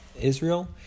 Israel